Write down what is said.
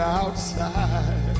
outside